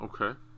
Okay